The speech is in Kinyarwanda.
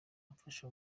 amfasha